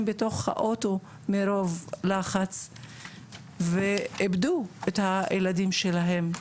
בתוך האוטו מרוב לחץ ואיבדו את הילדים שלהם,